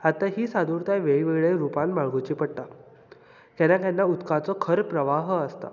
आता ही सादुरताय वेगवेगळे रूपान बाळगुची पडटा केन्ना केन्ना उदकाचो खर प्रवाह